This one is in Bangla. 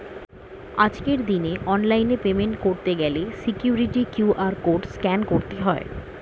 আজকের দিনে অনলাইনে পেমেন্ট করতে গেলে সিকিউরিটি কিউ.আর কোড স্ক্যান করতে হয়